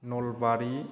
Nalbari